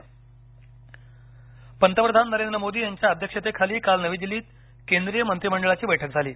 cabinet निर्णय पंतप्रधान नरेंद्र मोदी यांच्या अध्यक्षतेखाली काल नवी दिल्लीत केंद्रीय मंत्रिमंडळाची बैठक झाली